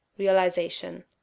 realization